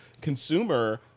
consumer